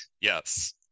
Yes